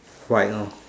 white lor